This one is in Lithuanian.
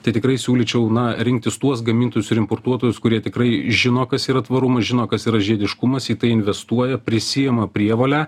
tai tikrai siūlyčiau na rinktis tuos gamintojus ir importuotojus kurie tikrai žino kas yra tvarumas žino kas yra žiediškumas į tai investuoja prisiima prievolę